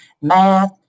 math